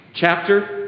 Chapter